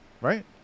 Right